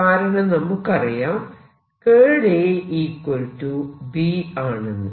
കാരണം നമുക്കറിയാം A B ആണെന്ന്